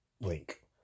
link